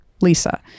lisa